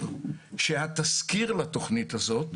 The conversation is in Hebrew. התסקיר לתכנית הזאת